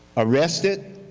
arrested,